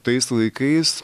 tais laikais